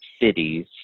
cities